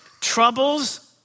troubles